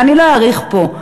ואני לא אאריך פה.